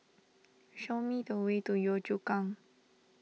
show me the way to Yio Chu Kang